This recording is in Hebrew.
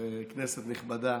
כנסת נכבדה,